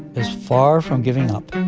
is far from giving up.